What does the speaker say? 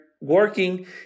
working